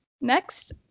next